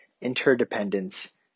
interdependence